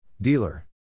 Dealer